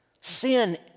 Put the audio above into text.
sin